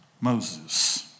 Moses